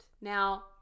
Now